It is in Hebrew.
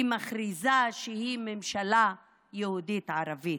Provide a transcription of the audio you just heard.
היא מכריזה שהיא ממשלה יהודית ערבית.